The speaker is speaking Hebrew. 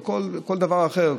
וכל דבר אחר,